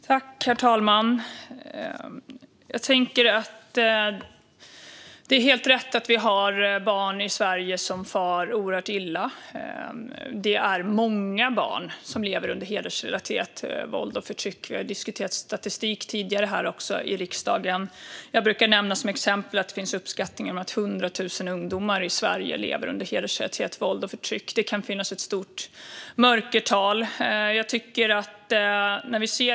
Herr talman! Det är helt sant att vi har barn i Sverige som far oerhört illa. Det är många barn som lever under hedersrelaterat våld och förtryck. Vi har diskuterat statistik tidigare här i riksdagen, och jag brukar nämna att uppskattningsvis 100 000 ungdomar i Sverige lever under hedersrelaterat våld och förtryck. Det kan även finnas ett stort mörkertal.